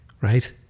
right